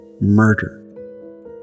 murder